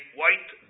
white